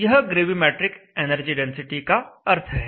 यह gravimetric energy density का अर्थ है